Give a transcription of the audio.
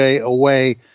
away